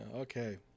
Okay